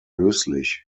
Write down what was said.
löslich